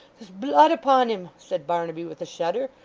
there's blood upon him said barnaby with a shudder.